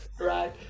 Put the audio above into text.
Right